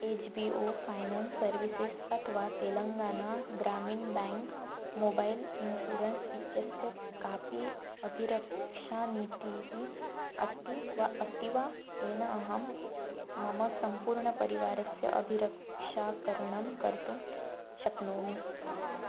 H B O finance services अथवा Telangana Gramin bank mobile insurance इत्यस्य कापि अभिरक्षानीतीः अस्ति वा अस्ति वा येन अहं मम सम्पूर्णपरिवारस्य अभिरक्षाकरणं कर्तुं शक्नोमि